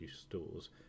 stores